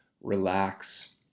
relax